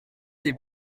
des